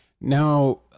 Now